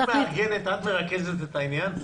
את מרכזת את העניין?